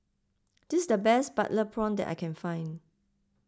this is the best Butter Prawn that I can find